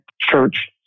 church